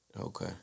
Okay